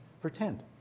pretend